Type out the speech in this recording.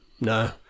No